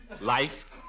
life